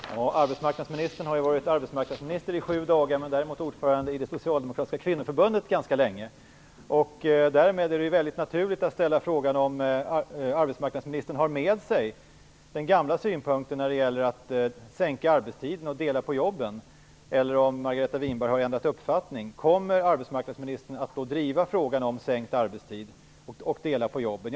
Fru talman! Arbetsmarknadsministern har varit arbetsmarknadsminister i sju dagar, men däremot har hon varit ordförande i det socialdemokratiska kvinnoförbundet ganska länge. Därmed är det naturligt att ställa frågan om ifall arbetsmarknadsministern har med sig den gamla synpunkten om att minska arbetstiden och dela på jobben, eller om hon har ändrat uppfattning. Kommer arbetsmarknadsministern att driva frågorna om minskad arbetstid och om att dela på jobben?